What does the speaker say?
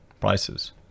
prices